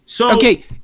Okay